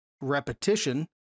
repetition